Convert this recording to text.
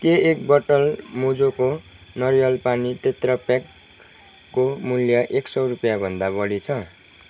के एक बोतल मोजोको नरिवल पानी टेट्रापेकको मूल्य एक सौ रुपियाँभन्दा बढी छ